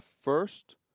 First